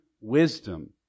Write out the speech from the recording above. wisdom